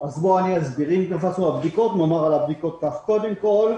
לפני הבדיקות, ברשותך,